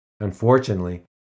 Unfortunately